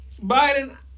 Biden